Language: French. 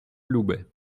loubet